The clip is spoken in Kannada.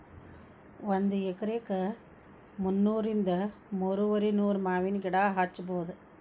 ಒಂದ ಎಕರೆಕ ಮುನ್ನೂರಿಂದ ಮೂರುವರಿನೂರ ಮಾವಿನ ಗಿಡಾ ಹಚ್ಚಬೌದ